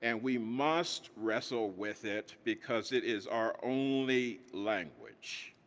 and we must wrestle with it, because it is our only language.